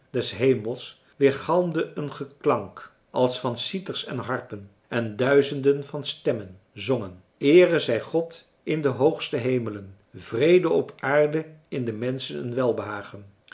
des hemels weergalmde een geklank als van citers en harpen en duizenden van stemmen zongen eere zij god in de hoogste hemelen vrede op aarde in de menschen een welbehagen